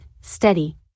steady